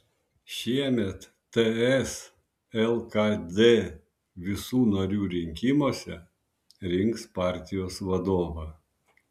šiemet ts lkd visų narių rinkimuose rinks partijos vadovą